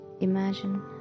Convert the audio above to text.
imagine